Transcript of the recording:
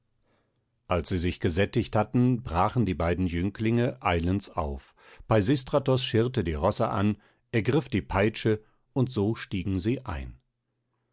als sie sich gesättigt hatten brachen die beiden jünglinge eilends auf peisistratos schirrte die rosse an ergriff die peitsche und so stiegen sie ein